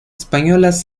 españolas